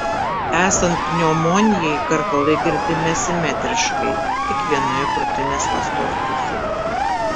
esant pneumonijai karkalai girdimi asimetriškai tik vienoje krūtinės ląstos pusėje